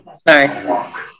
sorry